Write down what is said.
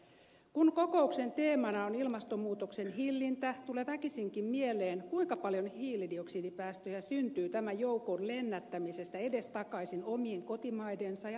kun kokouksen teemana on ilmastonmuutoksen hillintä tulee väkisinkin mieleen kuinka paljon hiilidioksidipäästöjä syntyy tämän joukon lennättämisestä edestakaisin omien kotimaidensa ja tanskan välillä